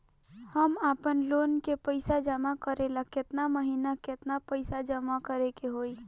हम आपनलोन के पइसा जमा करेला केतना महीना केतना पइसा जमा करे के होई?